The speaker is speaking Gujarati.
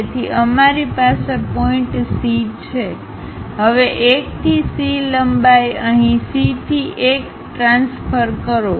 તેથી અમારી પાસે પોઇન્ટ C છે હવે 1 થી C લંબાઈ અહીં C થી 1 ટ્રાન્સફર કરો